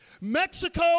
Mexico